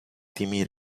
timmy